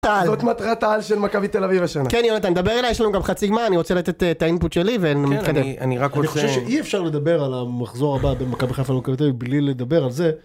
זאת מטרת העל של מכבי תל אביב השנה. כן יונתן, דבר אליי יש לנו גם חצי גמר, אני רוצה לתת את ה- input שלי ונתקדם. כן אני… אני רק רוצה- אני חושב שאי אפשר לדבר על המחזור הבא בין מכבי חיפה למכבי תל אביב בלי לדבר על זה